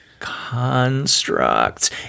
constructs